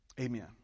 Amen